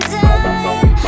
time